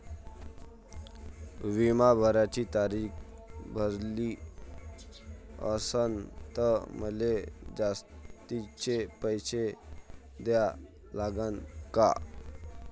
बिमा भराची तारीख भरली असनं त मले जास्तचे पैसे द्या लागन का?